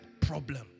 problem